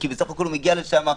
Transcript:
כי בסך הכול הוא מגיע לשם,